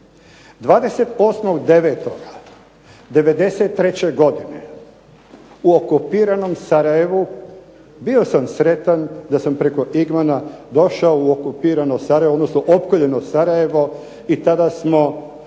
28.9.'93. godine u okupiranom Sarajevu bio sam sretan da sam preko Tigmana došao u okupirano Sarajevo, odnosno opkoljeno Sarajevo i tada smo